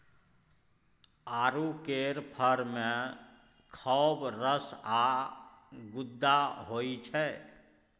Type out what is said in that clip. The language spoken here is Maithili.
आड़ू केर फर मे खौब रस आ गुद्दा होइ छै